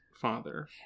father